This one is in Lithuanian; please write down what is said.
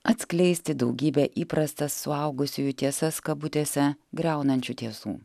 atskleisti daugybę įprastas suaugusiųjų tiesas kabutėse griaunančių tiesų